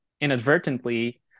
inadvertently